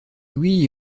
oui